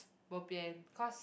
bo pian cause